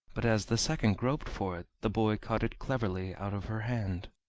but as the second groped for it the boy caught it cleverly out of her hand.